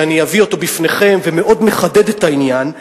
שאני אביא בפניכם ומאוד מחדד את העניין,